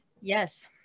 Yes